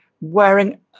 wearing